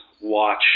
watch